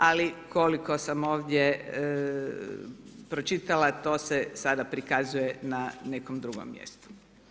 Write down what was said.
Ali koliko sam ovdje pročitala to se sada prikazuje na nekom drugom mjestu.